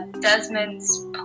Desmond's